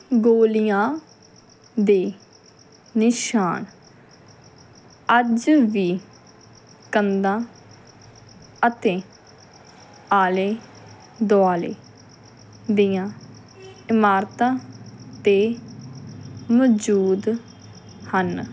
ਗੋਲੀਆਂ ਦੇ ਨਿਸ਼ਾਨ ਅੱਜ ਵੀ ਕੰਧਾਂ ਅਤੇ ਆਲੇ ਦੁਆਲੇ ਦੀਆਂ ਇਮਾਰਤਾਂ 'ਤੇ ਮੌਜੂਦ ਹਨ